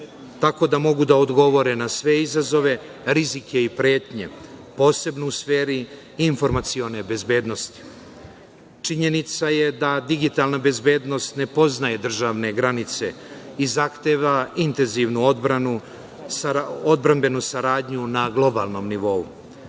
tako da mogu da odgovore na sve izazove, rizike i pretnje, posebno u sferi informacione bezbednosti. Činjenica je da digitalna bezbednost ne poznaje državne granice i zahteva intenzivnu odbranu, odbrambenu saradnju na globalnom